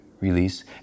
release